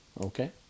Okay